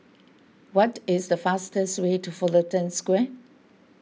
what is the fastest way to Fullerton Square